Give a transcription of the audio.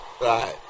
right